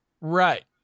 Right